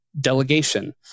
delegation